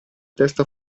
testa